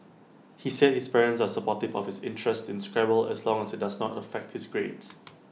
he said his parents are supportive of his interest in Scrabble as long as IT does not affect his grades